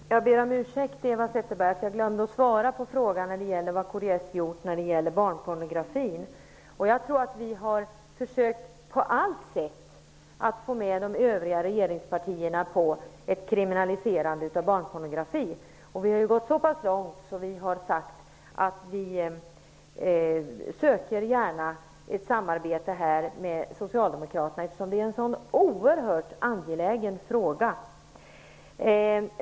Herr talman! Jag ber om ursäkt, Eva Zetterberg, att jag glömde att svara på frågan om vad kds gjort när det gäller barnpornografin. Vi har på allt sätt försökt att få med de övriga regeringspartierna på ett kriminaliserande av barnpornografin. Vi har gått så långt att vi har sagt att vi gärna söker ett samarbete med Socialdemokraterna här. Det är en oerhört angelägen fråga.